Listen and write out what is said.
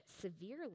severely